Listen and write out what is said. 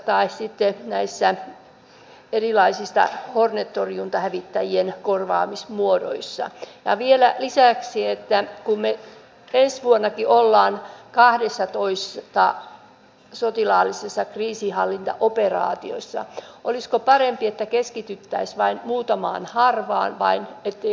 haluan sitten lisäksi puhua kunnan itsemääräämisoikeudesta ja näistä yksityisistä vastaanottokeskuksista ja siitä että maahanmuuttovirasto ei nykyisin enää tiedustele kuntien mielipiteitä yksityisten vastaanottokeskusten sijoittumisesta kuntaan vaikka kunta joutuu järjestämään palveluita asukkaille esimerkkinä koulu ja päivähoitopalvelut